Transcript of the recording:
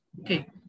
Okay